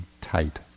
tight